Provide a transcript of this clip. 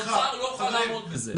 אז האוצר כבר יוכל לעמוד בזה.